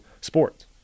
sports